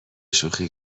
شوخی